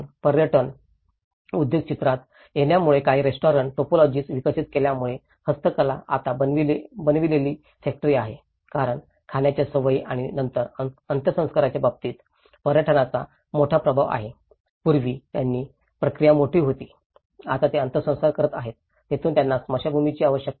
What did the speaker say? पर्यटन उद्योग चित्रात येण्यामुळे आणि रेस्टॉरंट टायपोलॉजीज विकसित केल्यामुळे हस्तकला आता बनविलेली फॅक्टरी आहे कारण खाण्याच्या सवयी आणि नंतर अंत्यसंस्कारांच्या बाबतीत पर्यटनाचा मोठा प्रभाव आहे पूर्वी त्यांची प्रक्रिया वेगळी होती आणि आता ते अंत्यसंस्कार करत आहेत येथूनच त्यांना स्मशानभूमीची आवश्यकता आहे